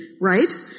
right